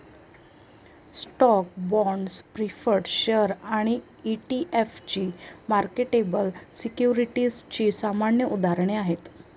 stocks, bonds, preferred shares आणि ETF ही marketable सिक्युरिटीजची सामान्य उदाहरणे आहेत